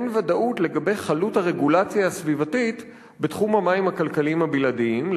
אין ודאות לגבי חלות הרגולציה הסביבתית בתחום המים הכלכליים הבלעדיים,